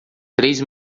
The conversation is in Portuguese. três